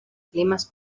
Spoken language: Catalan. climes